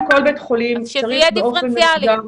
שיהיה דיפרנציאלי.